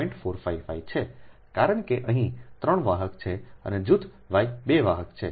455 છે કારણ કે અહીં 3 વાહક છે અને જૂથ વાય 2 વાહક છે